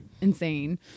insane